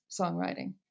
songwriting